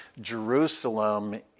Jerusalem